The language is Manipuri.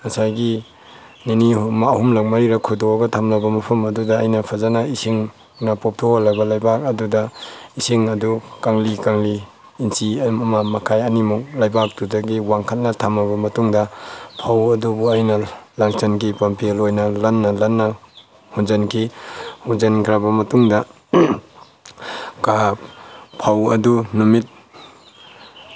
ꯉꯁꯥꯏꯒꯤ ꯅꯤꯅꯤ ꯑꯍꯨꯝꯂꯛ ꯃꯔꯤꯔꯛ ꯈꯣꯏꯗꯣꯛꯂꯒ ꯊꯝꯂꯕ ꯃꯐꯝꯗꯨꯗ ꯑꯩꯅ ꯐꯖꯅ ꯏꯁꯤꯡꯅ ꯄꯣꯞꯊꯣꯛꯍꯟꯂꯕ ꯂꯩꯕꯥꯛ ꯑꯗꯨꯗ ꯏꯁꯤꯡ ꯑꯗꯨ ꯀꯪꯂꯤ ꯀꯪꯂꯤ ꯏꯟꯆꯤ ꯑꯃ ꯃꯈꯥꯏ ꯑꯅꯤꯃꯨꯛ ꯂꯩꯕꯥꯛꯇꯨꯗꯒꯤ ꯋꯥꯡꯈꯠꯅ ꯊꯝꯃꯕ ꯃꯇꯨꯡꯗ ꯐꯧ ꯑꯗꯨꯕꯨ ꯑꯩꯅ ꯂꯪꯁꯤꯜꯒꯤ ꯄꯥꯝꯐꯦꯜ ꯑꯣꯏꯅ ꯂꯟꯅ ꯂꯟꯅ ꯍꯣꯟꯖꯤꯟꯈꯤ ꯍꯣꯟꯖꯤꯟꯈ꯭ꯔꯕ ꯃꯇꯨꯡꯗ ꯀꯥ ꯐꯧ ꯑꯗꯨ ꯅꯨꯃꯤꯠ